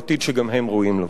עתיד שגם הם ראויים לו.